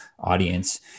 audience